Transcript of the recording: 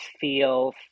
feel